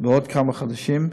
בעוד כמה חודשים,